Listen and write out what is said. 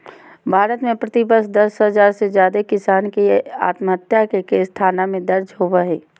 भारत में प्रति वर्ष दस हजार से जादे किसान के आत्महत्या के केस थाना में दर्ज होबो हई